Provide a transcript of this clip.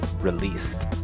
released